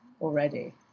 already